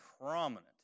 prominent